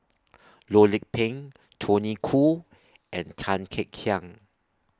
Loh Lik Peng Tony Khoo and Tan Kek Hiang